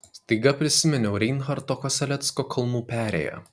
staiga prisiminiau reinharto kosellecko kalnų perėją